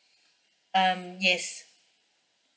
um yes